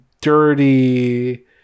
dirty